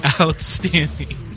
Outstanding